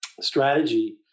strategy